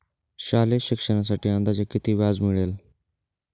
शालेय शिक्षणासाठी अंदाजे किती कर्ज मिळेल?